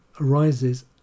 arises